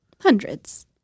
hundreds